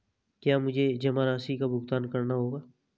क्या मुझे जमा राशि का भुगतान करना होगा?